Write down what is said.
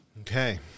Okay